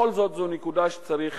בכל זאת, זו נקודה שצריך